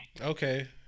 Okay